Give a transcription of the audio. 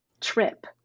trip